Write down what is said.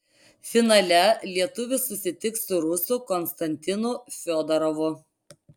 finale lietuvis susitiks su rusu konstantinu fiodorovu